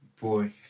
Boy